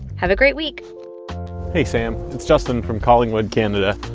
have a great week hey, sam. it's justin from collingwood, canada.